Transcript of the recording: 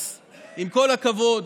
אז עם כל הכבוד,